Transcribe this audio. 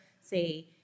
say